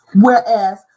Whereas